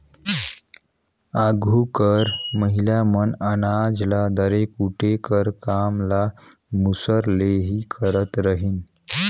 आघु घर कर महिला मन अनाज ल दरे कूटे कर काम ल मूसर ले ही करत रहिन